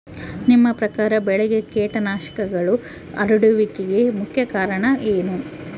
ನಿಮ್ಮ ಪ್ರಕಾರ ಬೆಳೆಗೆ ಕೇಟನಾಶಕಗಳು ಹರಡುವಿಕೆಗೆ ಮುಖ್ಯ ಕಾರಣ ಏನು?